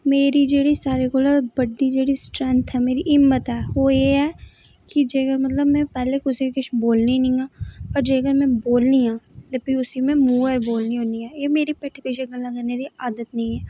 मेरी जेह्ड़ी सारे कोल बड्डी जेह्ड़ी स्ट्रैंथ ऐ मेरी हिम्मत ऐ ओह् एह् कि जेकर मतलब मैं पैह्ले कुसै गी किश बोलनी नेईं आं पर जेकर मैं बोलनी आं ते फ्ही मैं उसी मुहैं उप्पर बोलनी होन्नीं आं एह् मेरी पिट्ठ पिच्छै गल्ल करने दी आदत नेईं ऐ